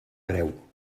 greu